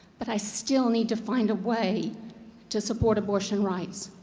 but i still need to find a way to support abortion rights.